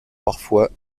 parfois